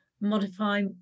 modify